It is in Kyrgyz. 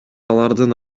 алардын